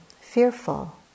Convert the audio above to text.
fearful